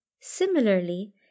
Similarly